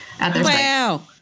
Wow